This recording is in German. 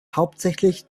hauptsächlich